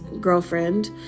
girlfriend